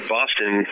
Boston